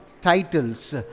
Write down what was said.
titles